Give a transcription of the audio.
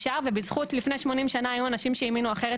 לפני 80 שנה היו אנשים שהאמינו אחרת